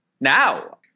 now